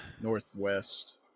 Northwest